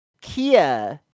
Kia